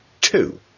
two